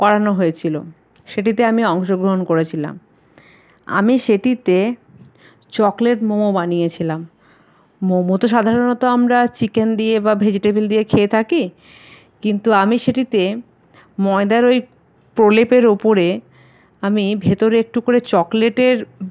করানো হয়েছিলো সেটিতে আমি অংশগ্রহণ করেছিলাম আমি সেটিতে চকলেট মোমো বানিয়েছিলাম মোমো তো সাধারণত আমরা চিকেন দিয়ে বা ভেজিটেবিল দিয়ে খেয়ে থাকি কিন্তু আমি সেটিতে ময়দার ওই প্রলেপের ওপরে আমি ভেতরে একটু করে চকলেটের